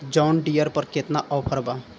John Deere पर केतना offer बा?